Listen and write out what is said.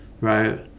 right